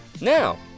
Now